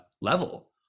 level